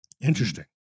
Interesting